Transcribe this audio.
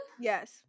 Yes